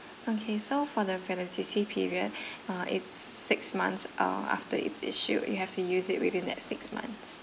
okay so for the validity period uh it's six months err after it's issued you have to use it within that six months